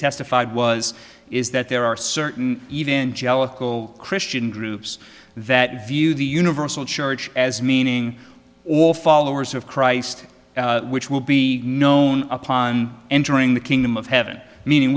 testified was is that there are certain even jealous christian groups that view the universal church as meaning all followers of christ which will be known upon entering the kingdom of heaven meaning